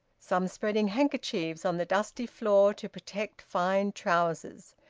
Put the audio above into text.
some spreading handkerchiefs on the dusty floor to protect fine trousers,